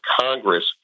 Congress